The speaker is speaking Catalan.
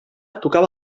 tocava